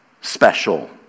special